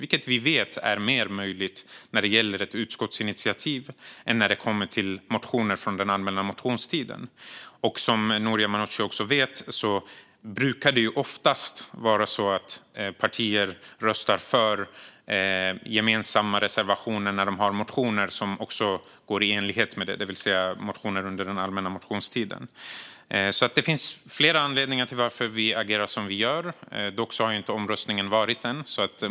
Vi vet att det är mer möjligt när det gäller ett utskottsinitiativ än när det gäller motioner från den allmänna motionstiden. Som Noria Manouchi också vet brukar det oftast vara så att partier röstar för gemensamma reservationer när de har motioner som är i enlighet med dem, det vill säga motioner som är lämnade under den allmänna motionstiden. Det finns flera anledningar till varför vi agerar som vi gör. Dock har inte omröstningen varit än.